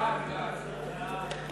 להביע